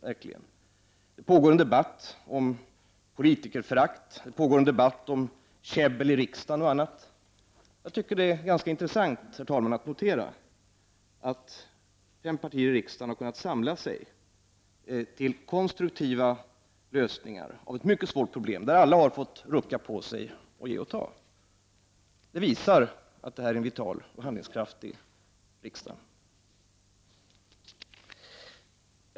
Det pågår bl.a. en debatt om politikerförakt och om käbbel i riksdagen. Jag tycker, herr talman, att det är ganska intressant att notera att fem partier i riksdagen kunnat samla sig till konstruktiva lösningar om ett mycket svårt problem. Alla har fått rucka på sig och ge och ta. Detta visar att vi har en vital och handlingskraftig riksdag.